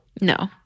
No